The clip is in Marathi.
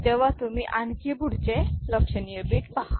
तेव्हा तुम्ही आणखी पुढचे लक्षणीय बीट पहा